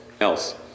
else